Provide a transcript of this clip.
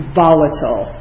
volatile